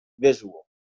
visual